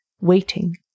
waiting